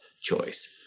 choice